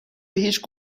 هیچ